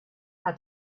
how